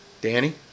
Danny